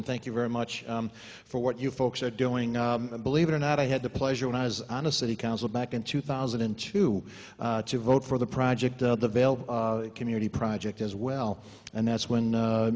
and thank you very much for what you folks are doing believe it or not i had the pleasure when i was on a city council back in two thousand and two to vote for the project the veil community project as well and that's when